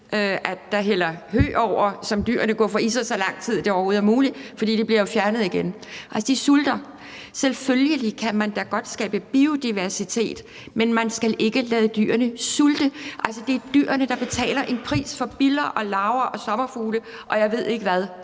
– der hælder hø over, som dyrene guffer i sig, så lang tid det overhovedet er muligt, for det bliver jo fjernet igen. Altså, de sulter. Selvfølgelig kan man da godt skabe biodiversitet, men man skal ikke lade dyrene sulte. Det er dyrene, der betaler en pris for biller og larver og sommerfugle, og jeg ved ikke hvad.